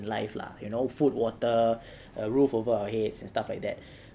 life lah you know food water a roof over our heads and stuff like that